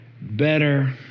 better